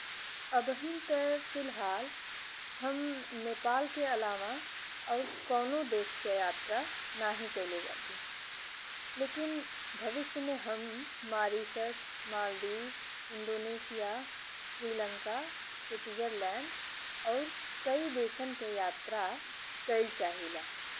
अभहीं ते फिलहाल हम नेपाल के अलावा और कौनो देश के यात्रा नहीं कइले बानी लेकिन भविष्य में हम Mauritius, Maldives, Indonesia, Sri Lanka, Switzerland और कई देशन के यात्रा कइल चाहिला।